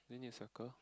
do we need to circle